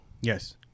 Yes